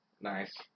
Nice